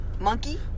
Monkey